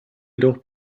jedoch